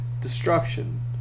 destruction